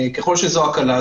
ככל שזו הקלה,